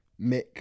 Mick